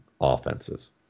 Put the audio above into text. offenses